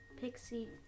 Pixie